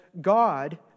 God